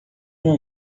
uma